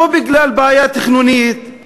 לא בגלל בעיה תכנונית,